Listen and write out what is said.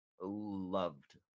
loved